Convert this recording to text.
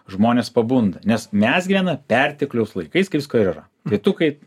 žmonės pabunda nes mes gyvename pertekliaus laikais kai visko ir yra vytukai